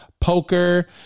poker